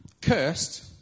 Cursed